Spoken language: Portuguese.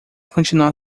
continuar